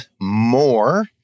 more